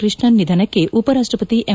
ಕೃಷ್ಣನ್ ನಿಧನಕ್ಕೆ ಉಪರಾಷ್ಟ ಪತಿ ಎಂ